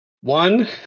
One